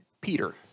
Peter